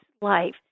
life